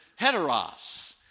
heteros